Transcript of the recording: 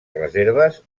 reserves